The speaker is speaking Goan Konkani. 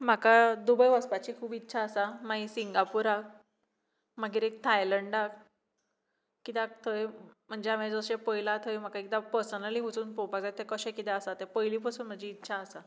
म्हाका दुबय वचपाची खूब इच्छा आसा माई सिंगापुराक मागीर एक थायलंडाक किद्याक थंय म्हणजे आमी जशें पयलां थंय म्हाका एकदां पसनली वचून पळोवपा जाय तें कशें किदें आसा तें पयलीं पासून म्हजी इच्छा आसा